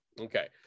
Okay